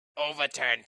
overturned